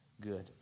good